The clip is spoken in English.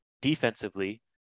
defensively